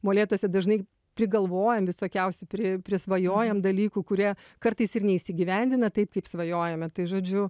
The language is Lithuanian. molėtuose dažnai prigalvojam visokiausių pri prisvajojam dalykų kurie kartais ir neįsigyvendina taip kaip svajojome tai žodžiu